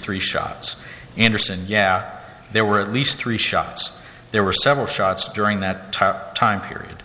three shots anderson yeah there were at least three shots there were several shots during that time period